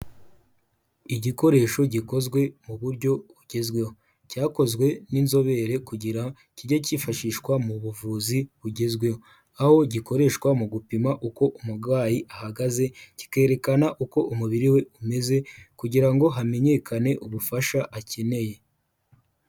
Igikoresho gikozwe mu buryo bugezweho cyakozwe n'inzobere kugira kijye cyifashishwa mu buvuzi bugezweho aho gikoreshwa mu gupima uko umugayi ahagaze kikerekana uko umubiri we umeze kugira ngo hamenyekane ubufasha akeneye.